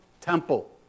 temple